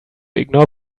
ignore